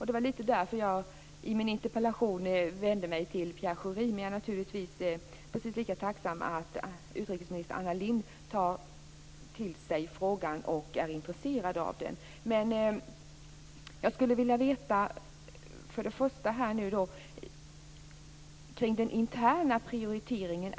Det var lite grann därför som jag i min interpellation vände mig till Pierre Schori, men jag är naturligtvis precis lika tacksam över att utrikesminister Anna Lindh tar till sig frågan och är intresserad av den. Jag skulle vilja veta en del kring den interna prioriteringen.